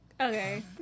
Okay